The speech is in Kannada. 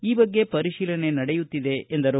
ಈ ಬಗ್ಗೆ ಪರಿಶೀಲನೆ ನಡೆಯುತ್ತಿದೆ ಎಂದರು